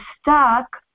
stuck